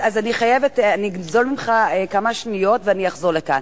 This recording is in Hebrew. אני אגזול ממך כמה שניות ואני אחזיר לך.